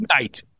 night